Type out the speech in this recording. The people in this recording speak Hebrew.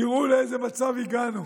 תראו לאיזה מצב הגענו,